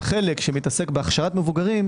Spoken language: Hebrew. חלק שמתעסק בהכשרת מבוגרים,